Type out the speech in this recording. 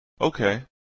Okay